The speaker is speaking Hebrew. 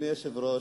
אדוני היושב-ראש,